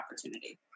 opportunity